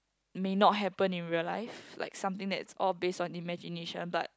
may not happened in real life like something that's all based on imagination but